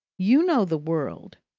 you know the world